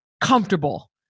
comfortable